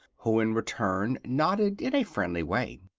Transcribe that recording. who in return nodded in a friendly way.